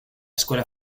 escuela